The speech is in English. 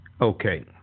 Okay